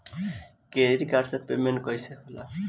Credit card से payment कईसे होखेला?